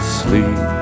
sleep